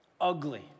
ugly